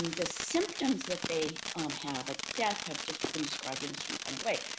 the symptoms that they have at death have just been described in a certain kind of way.